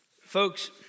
Folks